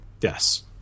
yes